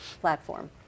platform